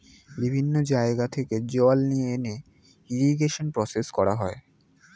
বিভিন্ন জায়গা থেকে জল নিয়ে এনে ইরিগেশন প্রসেস করা হয়